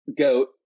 Goat